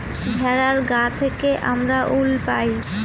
ভেড়ার গা থেকে আমরা উল পাই